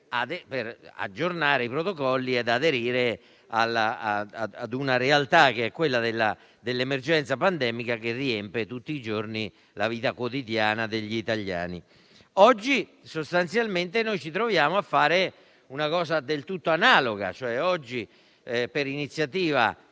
per aggiornare i protocolli e aderire a una realtà, che è quella dell'emergenza pandemica, che riempie tutti i giorni la vita quotidiana degli italiani. Oggi sostanzialmente ci troviamo a fare una cosa del tutto analoga: per iniziativa